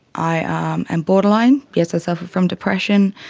i am borderline, yes, i suffer from depression,